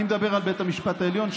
אני מדבר על בית המשפט העליון,